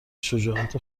شجاعت